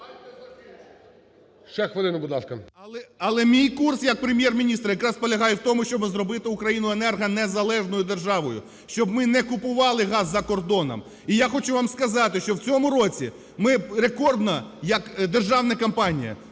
Але мій курс як Прем'єр-міністра якраз полягає в тому, щоб зробити Україну енергонезалежною державою, щоб ми не купували газ за кордоном. І я хочу вам сказати, що в цьому році ми рекордно як державна компанія